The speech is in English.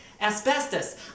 Asbestos